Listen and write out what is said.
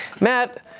Matt